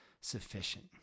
sufficient